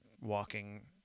walking